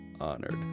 Honored